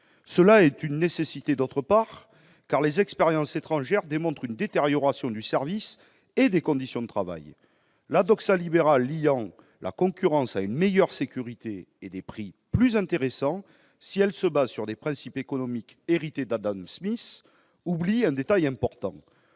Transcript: Cela est nécessaire, d'autre part, car les expériences étrangères démontrent une détérioration du service et des conditions de travail. La libérale liant la concurrence à une meilleure sécurité et des prix plus intéressants, si elle se fonde sur des principes économiques hérités d'Adam Smith, oublie un détail important.